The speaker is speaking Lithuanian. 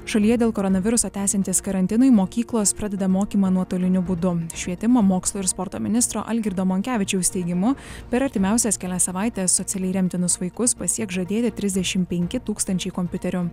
šalyje dėl koronaviruso tęsiantis karantinui mokyklos pradeda mokymą nuotoliniu būdu švietimo mokslo ir sporto ministro algirdo monkevičiaus teigimu per artimiausias kelias savaites socialiai remtinus vaikus pasieks žadėti trisdešim penki tūkstančiai kompiuterių